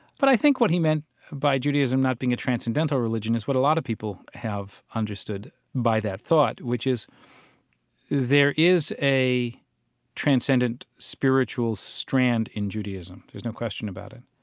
but i think what he meant by judaism not being a transcendental religion is what a lot of people have understood by that thought, which is there is a transcendent spiritual strand in judaism. there's no question about it.